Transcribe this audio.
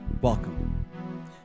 Welcome